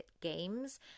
games